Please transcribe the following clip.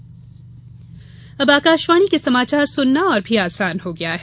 news channel अब आकाशवाणी के समाचार सुनना और भी आसान हो गया है